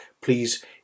Please